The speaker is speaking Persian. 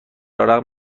رغم